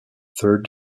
third